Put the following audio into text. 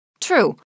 True